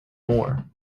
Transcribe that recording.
more